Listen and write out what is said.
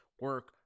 Work